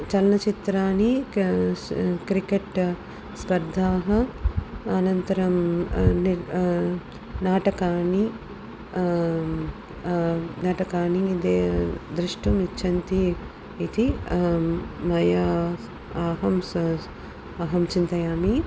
चलनचित्राणि क स् क्रिकेट् स्पर्धाः अनन्तरं ने नाटकानि नाटकानि निदे द्रष्टुम् इच्छन्ति इति मया अहं सु स् अहं चिन्तयामि